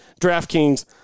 DraftKings